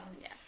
Yes